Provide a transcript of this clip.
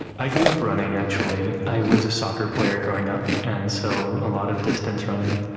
i grew up running, actually. i was a soccer player growing up and so a lot of distance running.